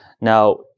Now